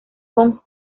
con